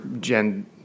Gen